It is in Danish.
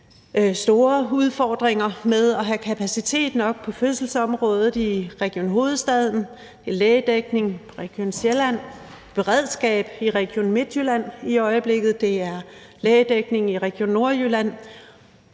store udfordringer med at have kapacitet nok på fødselsområdet i Region Hovedstaden, og det handler også om lægedækningen i Region Sjælland, beredskabet i Region Midtjylland og lægedækningen i Region Nordjylland.